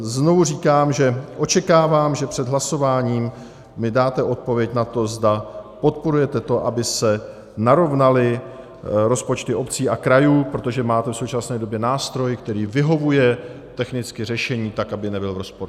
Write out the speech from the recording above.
Znovu říkám, že očekávám, že před hlasováním mi dáte odpověď na to, zda podporujete to, aby se narovnaly rozpočty obcí a krajů, protože máte v současné době nástroj, který vyhovuje technicky řešení tak, aby nebyl v rozporu.